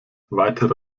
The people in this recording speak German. weitere